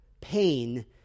pain